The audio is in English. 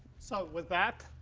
so with that,